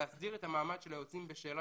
להסדיר את המעמד של היוצאים בשאלה